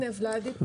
הנה, ולדימיר.